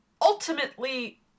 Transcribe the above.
ultimately